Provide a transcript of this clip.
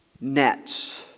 nets